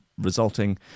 resulting